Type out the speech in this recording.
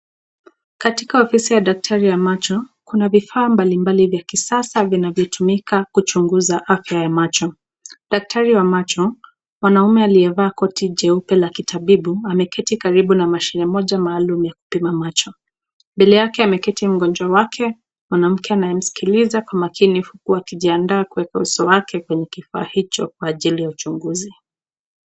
Katika ofisi ya daktari ya macho, Kuna vifaa mbali mbali vya kisasa vinavyo tumika kuchunguza afya ya macho. Daktari wa macho, mwanaume aliyevaa koti cheupe la kitabibu ameketi karibu na mashine moja maalum ya kupima macho. Mbele yake ameketi mgonjwa wake mwanamke, anayemsikiliza kwa makini huku akijiandaa kuweka uso wake kwenye kifaa hicho kwa ajili ya uchunguzi.